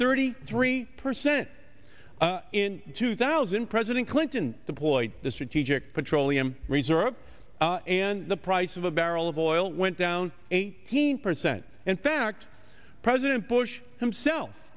thirty three percent in two thousand president clinton the boys the strategic petroleum reserve and the price of a barrel of oil went down eighteen percent in fact president bush himself